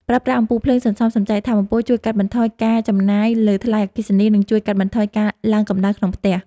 ប្រើប្រាស់អំពូលភ្លើងសន្សំសំចៃថាមពលជួយកាត់បន្ថយការចំណាយលើថ្លៃអគ្គិសនី និង ជួយកាត់បន្ថយការឡើងកម្ដៅក្នុងផ្ទះ។